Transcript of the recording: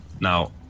Now